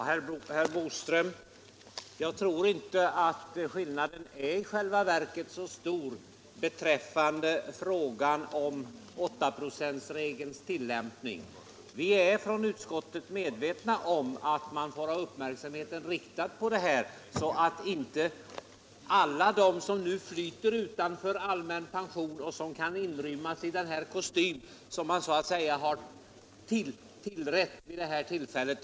Herr talman! Jag tror inte, herr Boström, att skillnaden är så stor beträffande frågan om 8-procentsregelns tillämpning. Vi har i utskottet varit medvetna om att vi måste uppmärksamma att alla som flyter utanför allmän pensionering nu kanske vill inrymmas i den här kostymen, som man så att säga har skurit till vid det här tillfället.